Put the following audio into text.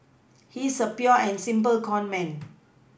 he's a pure and simple conman